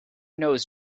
knows